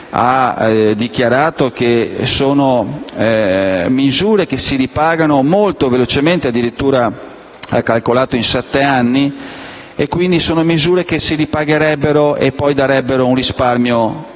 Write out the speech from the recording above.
ha dichiarato che sono misure che si ripagano molto velocemente, addirittura ha calcolato in sette anni, quindi sono misure che si ripagherebbero e poi darebbero un risparmio molto